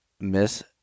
Miss